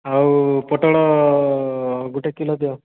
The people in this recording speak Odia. ଆଉ ପୋଟଳ ଗୁଟେ କିଲୋ ଦିଅ